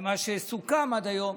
ומה שסוכם עד היום,